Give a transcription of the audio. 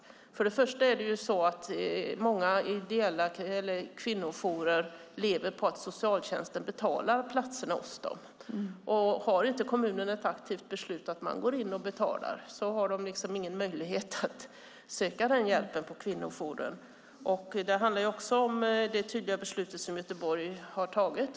Först och främst är det så att många ideella kvinnojourer lever på att socialtjänsten betalar platserna hos dem. Om inte kommunen har ett aktivt beslut om att gå in och betala finns det inte någon möjlighet för dessa kvinnor att söka hjälp på kvinnojouren. Det handlar också om det tydliga beslut som Göteborg har fattat.